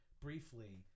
briefly